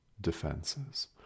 defenses